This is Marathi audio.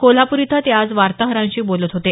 कोल्हापूर इथं ते आज वार्ताहरांशी बोलत होते